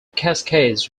cascades